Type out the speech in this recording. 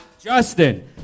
Justin